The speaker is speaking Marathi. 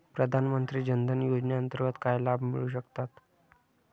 प्रधानमंत्री जनधन योजनेअंतर्गत काय लाभ मिळू शकतात?